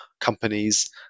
companies